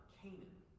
canaan